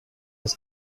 has